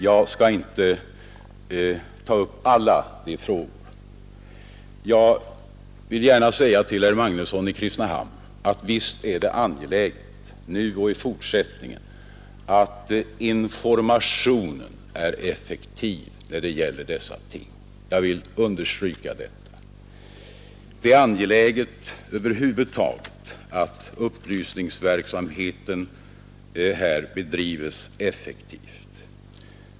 Jag skall inte ta upp alla de frågorna, men jag vill gärna säga till herr Magnusson i Kristinehamn att visst är det angeläget, nu och i fortsättningen, att informationen är effektiv när det gäller dessa ting. Jag vill understryka detta. Det är angeläget över huvud taget att upplysningsverksamheten här bedrivs effektivt.